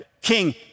King